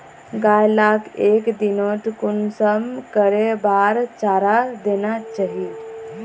गाय लाक एक दिनोत कुंसम करे बार चारा देना चही?